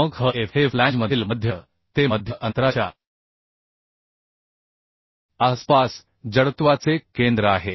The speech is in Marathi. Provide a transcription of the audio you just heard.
मग hf हे फ्लॅंजमधील मध्य ते मध्य अंतराच्या आसपास जडत्वाचे केंद्र आहे